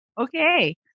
Okay